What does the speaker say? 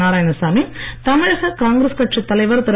நாராயணசாமி தமிழக காங்கிரஸ் கட்சித் தலைவர் திரு